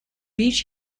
beach